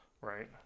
Right